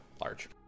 large